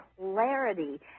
clarity